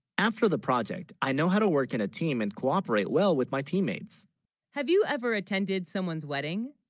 after the project i know how to work in a team and cooperate, well with my teammates have you, ever attended, someone's wedding,